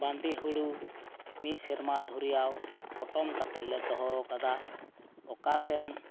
ᱵᱟᱸᱫᱤ ᱦᱩᱲᱩ ᱢᱤᱫ ᱥᱮᱨᱢᱟ ᱫᱷᱩᱨᱭᱟᱹ ᱯᱚᱴᱚᱢ ᱠᱟᱛᱮᱫ ᱞᱮ ᱫᱚᱦᱚ ᱟᱠᱟᱫᱟ ᱚᱠᱟᱥᱮᱱ